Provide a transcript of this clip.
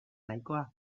nahikoa